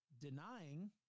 denying